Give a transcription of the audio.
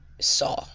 saw